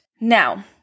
Now